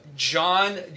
John